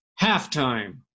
halftime